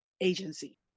agency